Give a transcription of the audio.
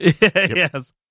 Yes